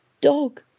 Dog